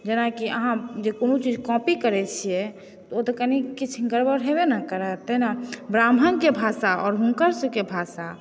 जेनाकि अहाँ जे कोनो चीज़ कॉपी करै छियै ओ तऽ कनि किछु गड़बड़ हेबय ने करत तहिना ब्राह्मणके भाषा आओर हुनकर सभक भाषा